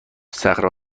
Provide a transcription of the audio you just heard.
صخره